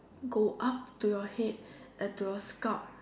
go up to your head and to your scalp